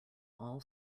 all